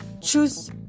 choose